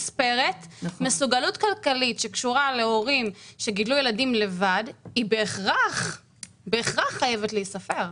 מסוגלות כלכלית שקשורה להורים שגידלו ילדים לבד בהכרח חייבת להיספר.